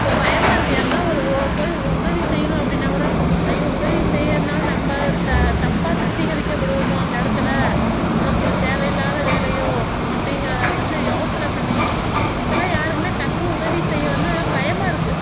இப்போ பயமாக இருக்கு யாருக்காவது ஒரு போய் உதவி செய்யணும் அப்படினா கூட அய்யோ உதவி செய்கிறதுனால நம்ம தப்பாக சித்திரிக்கப்படுவோமா அந்த இடத்துல நமக்கு இது தேவையில்லாத வேலையோ அப்படிங்கிறத வந்து யோசனை பண்ணி இப்போலாம் யாருக்கும் டக்குனு உதவி செய்ய வந்து பயமாக இருக்கு